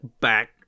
back